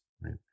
right